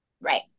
Right